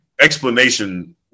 explanation